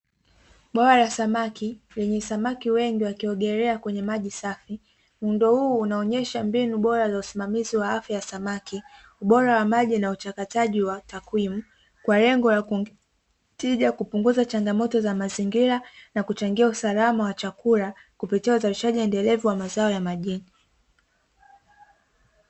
Bwawa la samaki lenye samaki wengi wakiogelea kwenye maji safi. Muundo huu unaonyesha mbinu bora za usimamizi wa afya ya samaki, ubora wa maji na uchakataji wa takwimu, kwa lengo la kuongeza tija, kupunguza changamoto za mazingira na kuchangia usalama wa chakula, kupitia utalishaji endelevu wa mazao ya majini.